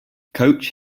coach